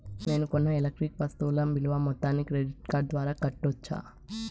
నేను కొన్న ఎలక్ట్రానిక్ వస్తువుల విలువ మొత్తాన్ని క్రెడిట్ కార్డు ద్వారా కట్టొచ్చా?